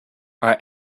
are